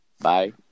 Bye